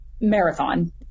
marathon